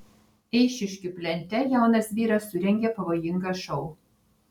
eišiškių plente jaunas vyras surengė pavojingą šou